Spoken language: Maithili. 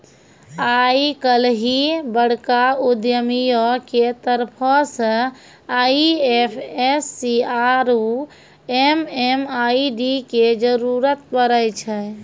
आइ काल्हि बड़का उद्यमियो के तरफो से आई.एफ.एस.सी आरु एम.एम.आई.डी के जरुरत पड़ै छै